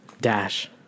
Dash